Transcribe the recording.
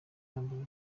yambaye